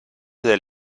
del